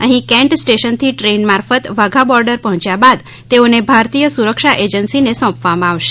અહીં કેન્ટ સ્ટેશનથી દ્રેઇન મારફત વાઘા બોર્ડર પહોચ્યા બાદ તેઓને ભારતીય સુરક્ષા એજન્સીને સોંપવામાં આવશે